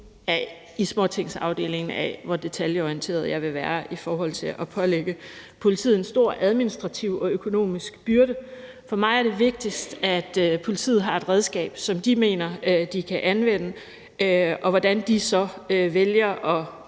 i småtingsafdelingen af, hvor detaljeorienteret jeg vil være i forhold til at pålægge politiet en stor administrativ og økonomisk byrde. For mig er det vigtigt, at politiet har et redskab, som de mener at de kan anvende, og hvordan de så vælger at